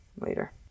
later